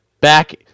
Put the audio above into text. back